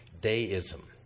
deism